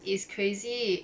is crazy